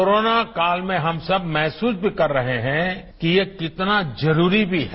corona काल में हम सब महसूस भी कर रहे है कि ये कितना जरूरी भी है